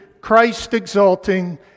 Christ-exalting